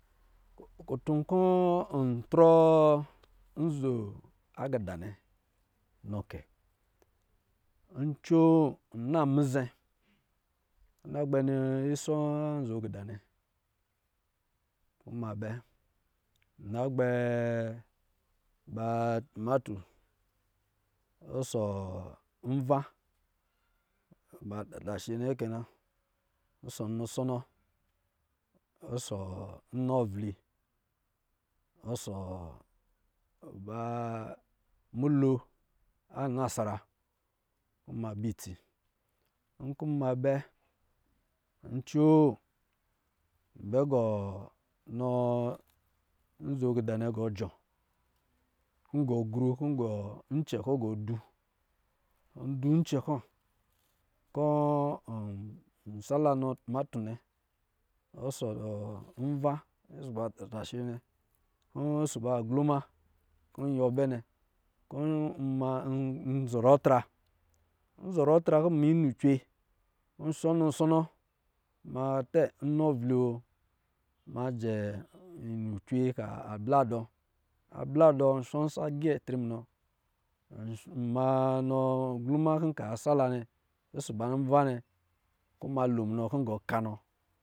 Kutu kɔ̌ ntrɔ nzo akida nnɛ nɔ kɛ, ncoo nna mizɛ kɔ̄ nagbɛ nɔ isɔ anzo akida nnɛ kɔ̄ ma bɛ nna gbɛ ba tumafo, ɔsɔ̄ nva: ba tatashe nnɛ kɛ na, ɔsɔ̄ nusɔnɔ ɔsɔ̄ nnɔ avli ɔsɔ̄ ba mulo, anasara kɔ̄ uma bɛ itsi nkɔ̄ nma bɛ ncoo nbɛ gɔ nɔ nzo kida nna gɔɔ jɔɔ kɔ̄ gɔ gru kɔ̄ icɛ kɔ̄ gɔ du, n du ncɛ kɔ̄ kɔ̄ n sala nɔ tumato nnc ɔsɔ̄ nva ɔsɔ ba tatashe nnɛ ɔsɔ̄ ba gluma kɔ̄ nyiwɔ bɛ nnɛ kɔ̄ nma, nzarɔ atra nzɔrɔ atra kɔ̄ nma inu ewe kɔ̄ rashɔ nnɔsɔnɔ ma tɛ nnɔ avli we ma jɛ ninu cwe ka ka bla dɔ abla do nsɔ nsa gɛ tri munɔ ma nɔ glima kɔ̄ nka sala nnɛ nsɔ̄ ba nva nnɛ kɔ̄ nma lo munɔ kɔ̄ ngɔ kanɔ